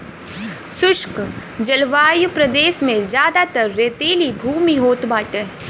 शुष्क जलवायु प्रदेश में जयादातर रेतीली भूमि होत बाटे